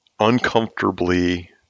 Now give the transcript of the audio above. uncomfortably